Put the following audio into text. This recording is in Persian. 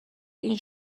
این